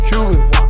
Cubans